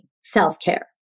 self-care